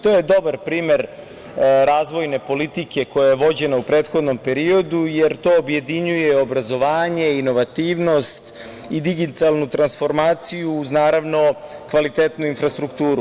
To je dobar primer razvojne politike koja je vođena u prethodnom periodu, jer to objedinjuje obrazovanje, inovativnost i digitalnu transformaciju, uz kvalitetnu infrastrukturu.